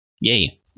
yay